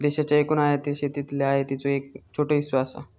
देशाच्या एकूण आयातीत शेतीतल्या आयातीचो एक छोटो हिस्सो असा